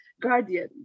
guardian